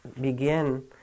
begin